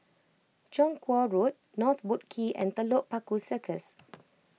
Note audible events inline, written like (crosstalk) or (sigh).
Chong Kuo Road North Boat Quay and Telok Paku Circus (noise)